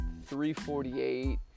348